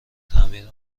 تعمیر